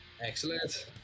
Excellent